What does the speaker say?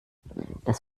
das